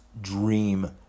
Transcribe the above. dream